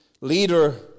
leader